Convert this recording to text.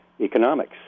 economics